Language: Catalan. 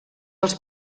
els